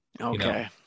Okay